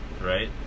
Right